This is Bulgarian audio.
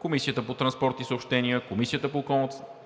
Комисията по транспорт и съобщения, Комисията